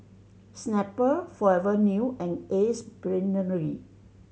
Snapple Forever New and Ace Brainery